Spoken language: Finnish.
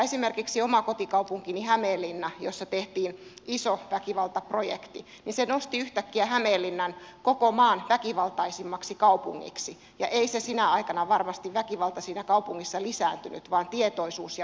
esimerkiksi omassa kotikaupungissani hämeenlinnassa tehty väkivaltaprojekti nosti yhtäkkiä hämeenlinnan koko maan väkivaltaisimmaksi kaupungiksi ja ei sinä aikana varmasti väkivalta siinä kaupungissa lisääntynyt vaan tietoisuus ja osaaminen lisääntyivät